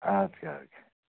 اَدٕ کیٛاہ اَدٕ کیٛاہ